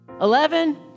Eleven